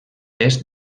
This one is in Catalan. est